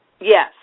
Yes